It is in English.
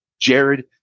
Jared